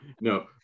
no